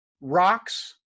rocks